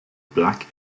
black